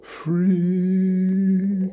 free